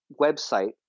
website